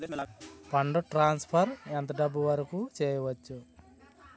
Fund transfer ఎంత డబ్బు వరుకు చేయవచ్చు?